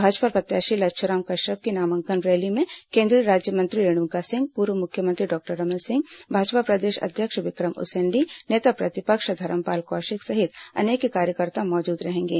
भाजपा प्रत्याशी लच्छ्राम कश्यप की नामांकन रैली में केन्द्रीय राज्यमंत्री रेणुका सिंह पूर्व मुख्यमंत्री डॉक्टर रमन सिंहभाजपा प्रदेश अध्यक्ष विक्रम उसेणडीनेताप्रतिपक्ष धरमलाल कौशिक सहित अनेक कार्यकर्ता मौजूद रहेंगे